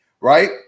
right